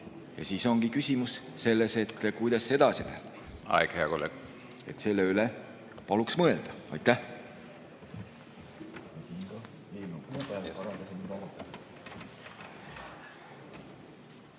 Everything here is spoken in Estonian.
Ja siis ongi küsimus selles, et kuidas see edasi läheb. Aeg, hea kolleeg! Selle üle paluks mõelda. Aitäh!